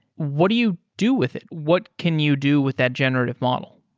what do you do with it? what can you do with that generative model?